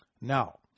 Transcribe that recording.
Now